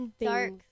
Dark